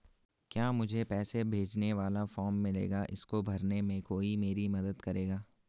क्या मुझे पैसे भेजने वाला फॉर्म मिलेगा इसको भरने में कोई मेरी मदद करेगा?